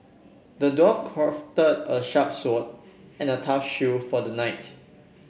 the dwarf crafted a sharp sword and a tough shield for the knight